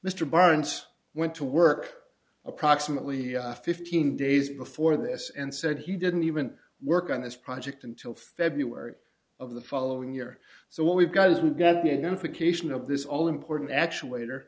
mr barnes went to work approximately fifteen days before this and said he didn't even work on this project until february of the following year so what we've guys we've got the unification of this all important actually later